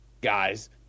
guys